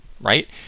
right